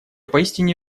поистине